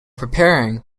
preparing